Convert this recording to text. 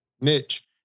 niche